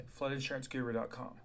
floodinsuranceguru.com